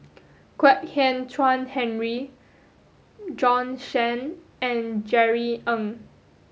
Kwek Hian Chuan Henry Shen and Jerry Ng